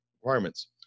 requirements